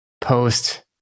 post